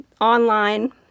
online –